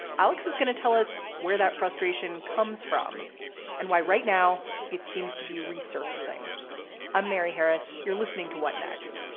alex is gonna tell us where that frustration comes from and why right now it seems to be resurfacing i'm mary harris. you're listening to what next.